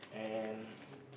and